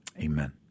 amen